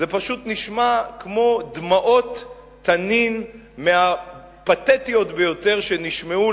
זה פשוט נשמע כמו דמעות תנין מהפתטיות ביותר שנשמעו,